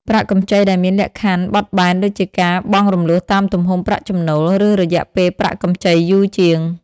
ប្រាក់កម្ចីដែលមានលក្ខខណ្ឌបត់បែនដូចជាការបង់រំលោះតាមទំហំប្រាក់ចំណូល ឬរយៈពេលប្រាក់កម្ចីយូរជាង ។